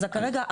אז כרגע,